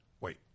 wait